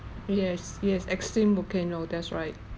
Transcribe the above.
yes yes extinct volcano that's right